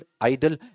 idol